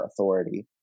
authority